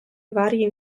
varie